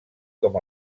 com